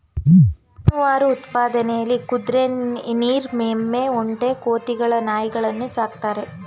ಜಾನುವಾರು ಉತ್ಪಾದನೆಲಿ ಕುದ್ರೆ ನೀರ್ ಎಮ್ಮೆ ಒಂಟೆ ಕೋತಿಗಳು ನಾಯಿಗಳನ್ನು ಸಾಕ್ತಾರೆ